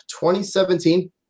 2017